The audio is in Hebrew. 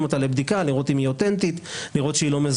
אותה לבדיקה כדי לראות האם היא אותנטית ולא מזויפת.